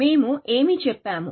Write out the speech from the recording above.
మేము ఏమి చెప్పాము